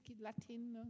Latin